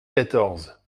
quatorze